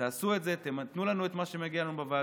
תעשו את זה, תנו לנו את מה שמגיע לו בוועדות,